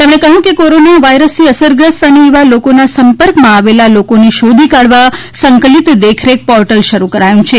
તેમણે કહ્યું કે કોરોના વાયરસથી અસરગ્રસ્ત અને એવા લોકોના સંપર્કમાં આવેલા લોકોને શોધી કાઢવા સંકલીત દેખરેખ પોર્ટલ શરૂ કરાયું છે